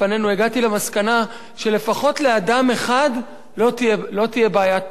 למסקנה שלפחות לאדם אחד לא תהיה בעיית פרנסה,